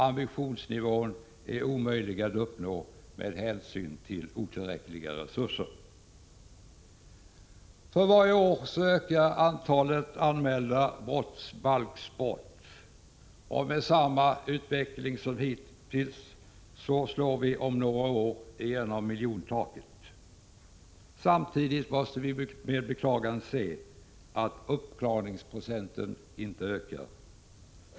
Ambitionsnivån är omöjlig att uppnå på grund av otillräckliga resurser. För varje år ökar antalet anmälda brottsbalksbrott. Med samma utveckling som hittills slår vi om några år igenom miljontaket. Samtidigt måste vi med beklagande åse att uppklaringsprocenten inte ökar.